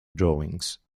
drawings